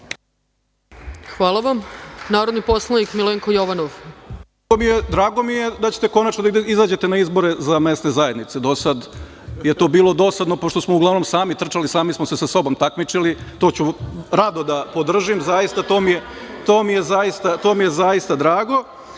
poslanik Milenko Jovanov. **Milenko Jovanov** Drago mi je da ćete konačno da izađete na izbore za mesne zajednice, do sad je to bilo dosadno, pošto smo uglavnom sami trčali, sami smo se sa sobom takmičili. To ću rado da podržim zaista, to mi je zaista drago